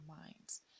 minds